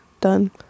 Done